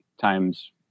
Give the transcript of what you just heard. times